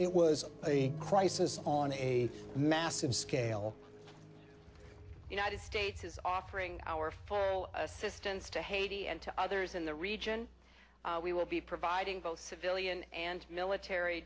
it was a crisis on a massive scale united states is offering our for assistance to haiti and to others in the region we will be providing both civilian and military